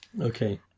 Okay